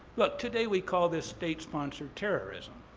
but today we call this state-sponsored terrorism.